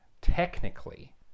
technically